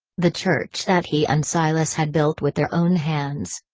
the church that he and silas had built with their own hands.